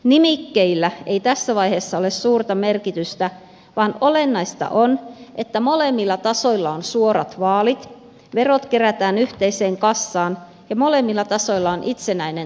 nimikkeillä ei tässä vaiheessa ole suurta merkitystä vaan olennaista on että molemmilla tasoilla on suorat vaalit verot kerätään yhteiseen kassaan ja molemmilla tasoilla on itsenäinen talous